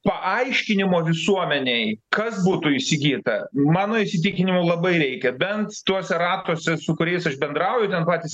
paaiškinimo visuomenei kas būtų įsigyta mano įsitikinimu labai reikia bent tuose ratuose su kuriais aš bendrauju ten patys